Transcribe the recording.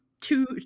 two